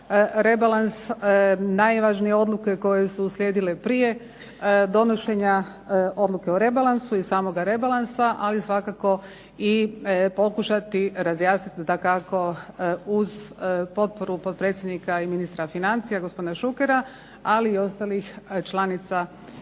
rebalans. Najvažnije odluke koje su uslijedile prije donošenja odluke o rebalansu i samoga rebalansa ali svakako i pokušati razjasniti dakako uz potporu potpredsjednika i ministra financija gospodina Šukera, ali i ostalih članica i članova